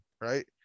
right